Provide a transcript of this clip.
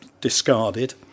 discarded